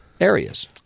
areas